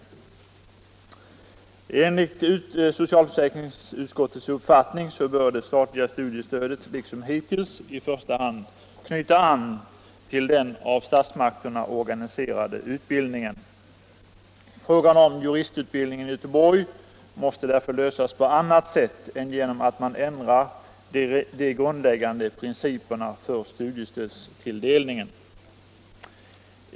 vissa studerande vid Enligt socialförsäkringsutskottets uppfattning bör det statliga studie = juridiska fakulteten stödet liksom hittills i första hand knyta an till den av statsmakterna i Lund organiserade utbildningen. Frågan om juristutbildningen i Göteborg måste därför lösas på annat sätt än genom att man ändrar de grundläggande principerna för studiestödstilldelningen.